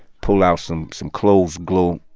pull out some some clothes glue,